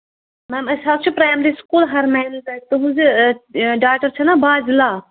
میم أسۍ حظ چھِ پرٛیمری سکوٗل ہَرمیل پٮ۪ٹھ تُہٕنٛز یہِ ڈاٹَر چھَنہ بازِلا